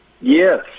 yes